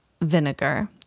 vinegar